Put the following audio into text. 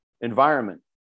environment